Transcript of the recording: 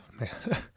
man